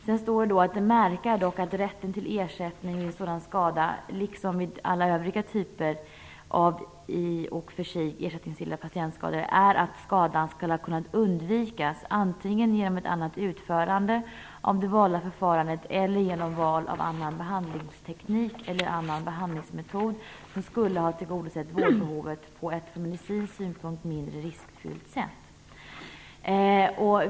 Sedan står det att rätten till ersättning vid sådan skada, liksom vid alla övriga typer av i och för sig ersättningsgilla patientskador, är att skadan skulle ha kunnat undvikas antingen genom ett annat utförande av det valda förfarandet eller genom val av annan behandlingsteknik eller annan behandlingsmetod som skulle ha tillgodosett vårdbehovet på från medicinsk synpunkt mindre riskfyllt sätt.